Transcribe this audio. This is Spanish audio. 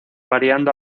variando